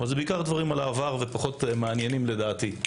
אבל זה בעיקר דברים על העבר שהם פחות מעניינים לדעתי.